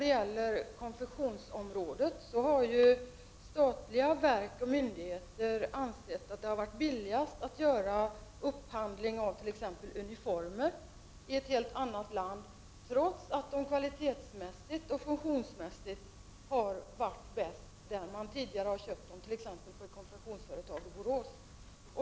Vad gäller konfektionsområdet har ju statliga verk och myndigheter ansett att det har varit billigast att göra upphandling av t.ex. uniformer i ett helt annat land, detta trots att uniformerna i fråga om kvalitet och funktion var bäst där man tidigare köpte dem, t.ex. på ett konfektionsföretag i Borås.